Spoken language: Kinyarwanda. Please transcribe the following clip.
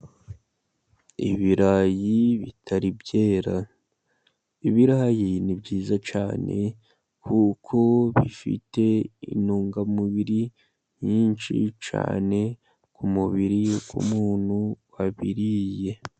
Ibirayi bitari byera, ibirayi ni byiza cyane kuko bifite intungamubiri nyinshi cyane ku mubiri w' umuntu wabiriye.